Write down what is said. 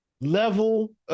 level